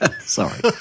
Sorry